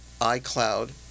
iCloud